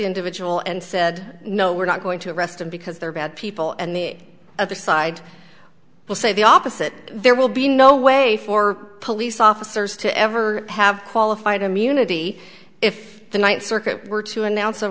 individual and said no we're not going to arrest him because they're bad people and the other side will say the opposite there will be no way for police officers to ever have qualified immunity if the ninth circuit were to announce